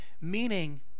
Meaning